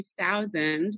2000